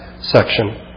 section